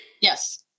Yes